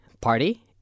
party